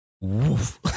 woof